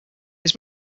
his